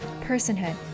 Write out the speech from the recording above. personhood